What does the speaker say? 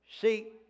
See